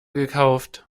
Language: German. gekauft